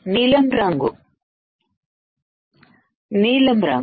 నీలం రంగు నీలం రంగు